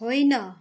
होइन